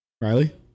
Riley